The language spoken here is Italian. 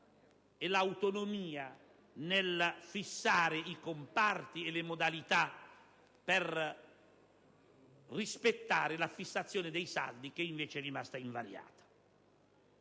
e autonomia nel fissare i comparti e le modalità per rispettare la fissazione dei saldi, che invece è rimasta invariata.